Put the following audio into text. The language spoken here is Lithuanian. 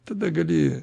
tada gali